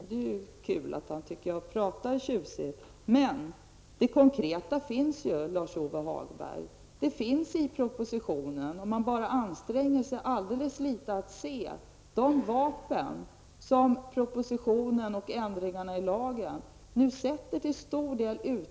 Det är kul att han tycker att jag pratar tjusigt. Men det finns konkreta förslag. Om man bara anstränger sig alldeles litet kan man se de vapen som propositionen och förändringarna i lagen ger människorna.